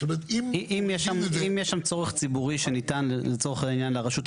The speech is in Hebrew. אם יש שם צורך ציבורי שניתן לצורך העניין לרשות המקומית,